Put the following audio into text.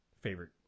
favorite